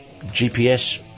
gps